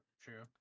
True